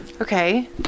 Okay